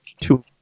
two